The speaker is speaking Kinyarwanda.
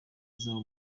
azaba